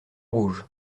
rouge